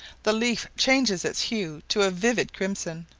the leaf changes its hue to a vivid crimson.